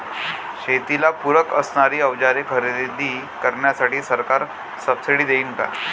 शेतीला पूरक असणारी अवजारे खरेदी करण्यासाठी सरकार सब्सिडी देईन का?